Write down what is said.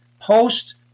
post